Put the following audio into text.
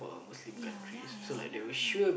ya ya ya ya ya